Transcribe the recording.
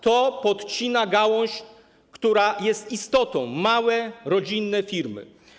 To podcina gałąź, która jest istotą, małe rodzinne firmy.